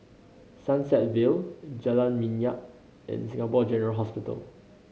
Sunset Vale Jalan Minyak and Singapore General Hospital